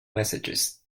messages